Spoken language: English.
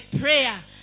prayer